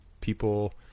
People